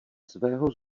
svého